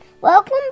Welcome